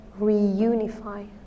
reunify